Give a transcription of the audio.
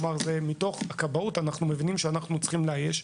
אנחנו מבינים שאנחנו, מתוך הכבאות, נצטרך לאייש.